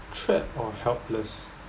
trapped or helpless